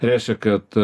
reiškia kad